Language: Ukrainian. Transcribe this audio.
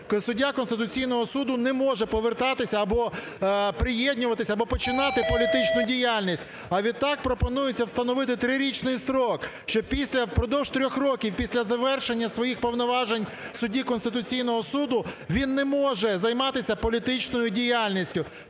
суддя Конституційного Суду не може повертатися, або приєднуватися, або починати політичну діяльність. А відтак пропонується встановити трирічний строк, що впродовж трьох років після завершення своїх повноважень судді Конституційного Суду він не може займатися політичною діяльністю.